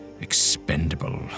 expendable